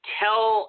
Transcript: tell